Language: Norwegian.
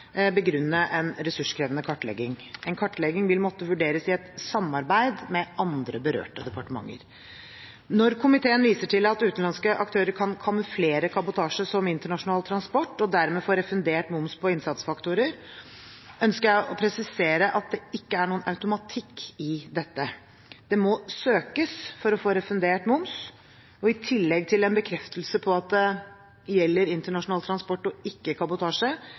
begrunne en ressurskrevende kartlegging. En kartlegging vil måtte vurderes i et samarbeid med andre berørte departementer. Når komiteen viser til at utenlandske aktører kan kamuflere kabotasje som internasjonal transport og dermed få refundert moms på innsatsfaktorer, ønsker jeg å presisere at det ikke er noen automatikk i dette. Det må søkes for å få refundert moms. I tillegg til en bekreftelse på at det gjelder internasjonal transport og ikke kabotasje,